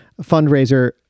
fundraiser